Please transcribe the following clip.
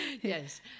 Yes